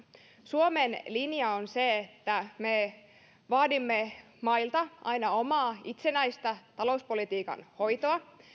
suomen linja on se että me vaadimme mailta aina omaa itsenäistä talouspolitiikan